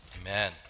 Amen